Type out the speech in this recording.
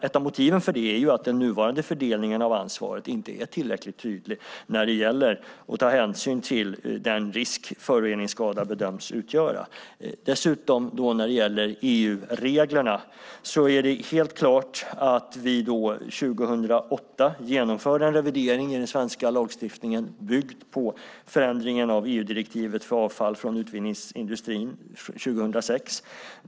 Ett av motiven för det är ju att den nuvarande fördelningen av ansvaret inte är tillräckligt tydlig när det gäller att ta hänsyn till den risk föroreningsskadan bedöms utgöra. När det gäller EU-reglerna är det dessutom helt klart att vi 2008 genomförde en revidering i den svenska lagstiftningen byggd på förändringen av EU-direktivet för avfall från utvinningsindustrin 2006.